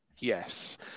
Yes